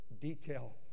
detail